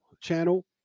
channel